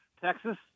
Texas